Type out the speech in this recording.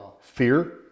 fear